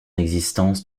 existence